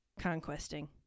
conquesting